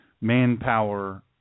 manpower